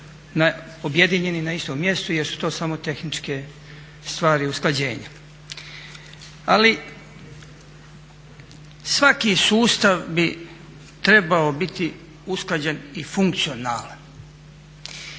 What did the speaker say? objedinjeni na istom mjestu jer su to samo tehničke stvari usklađenja. Ali svaki sustav bi trebao biti usklađen i funkcionalan,